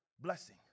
blessing